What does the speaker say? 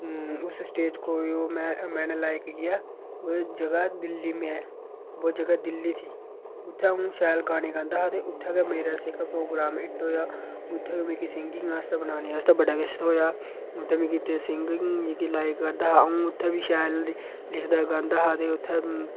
उस स्टेज को जो मैनें लाईक किया वो जगह है दिल्ली में वो जगह दिल्ली थी उत्थें अं'ऊ शैल गाने गांदा हा ते उत्थें गै जेह्ड़ा मेरा प्रोग्राम हिट होया उत्थें मिगी सिंगिंग बनाने आस्तै मौका थ्होया अं'ऊ उत्थें बी सिंगिंग गी लाईक करदा हा अं'ऊ उत्थें बी शैल लिखदा गांदा हा ते उत्थें